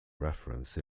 reference